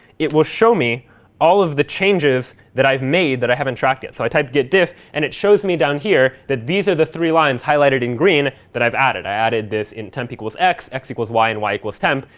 it will show me all of the changes that i've made that i haven't tracked yet. so i type git dif, and it shows me down here that these are the three lines highlighted in green that i've added. i added this in temp equals x, x equals y, and y equals temp.